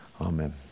Amen